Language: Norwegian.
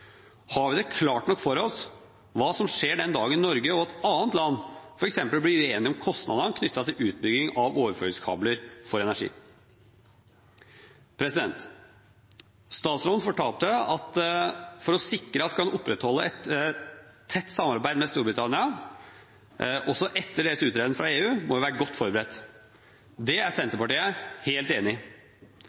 Har vi det klart nok for oss hva som skjer den dagen Norge og et annet land f.eks. blir uenige om kostandene knyttet til utbygging av overføringskabler for energi? Statsråden fortalte at for å sikre at vi kan opprettholde et tett samarbeid med Storbritannia også etter deres uttreden fra EU, må vi være godt forberedt. Det er Senterpartiet helt enig